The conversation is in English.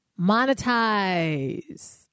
monetize